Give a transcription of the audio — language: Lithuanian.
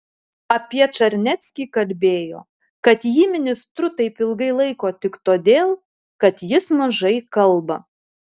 apie čarneckį kalbėjo kad jį ministru taip ilgai laiko tik todėl kad jis mažai kalba